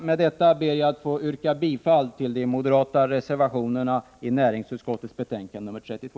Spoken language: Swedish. Med detta ber jag att få yrka bifall till de moderata reservationerna i näringsutskottets betänkande nr 32.